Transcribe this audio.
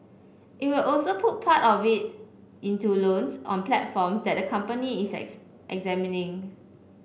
it will also put part of it into loans on platforms that company is examining